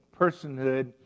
personhood